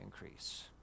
increase